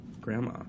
grandma